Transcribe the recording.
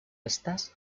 estas